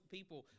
People